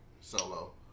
solo